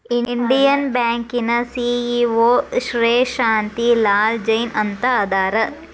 Indian ಬ್ಯಾಂಕಿನ CEO Shri Shanti Lal Jain ಅಂತ ಅದಾರ